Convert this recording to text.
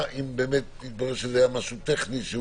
אם באמת יתברר שזה היה משהו טכני.